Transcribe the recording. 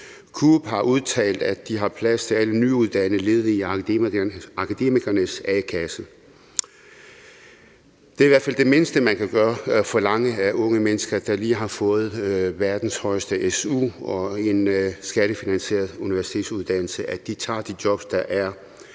Coop har udtalt, at de har plads til alle nyuddannede ledige i Akademikernes A-kasse. Det er i hvert fald det mindste, man kan forlange af unge mennesker, der lige har fået verdens højeste su og en skattefinansieret universitetsuddannelse, altså at de tager de jobs, der er,